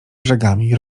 brzegami